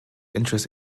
interest